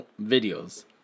videos